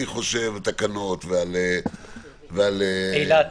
ועל אילת,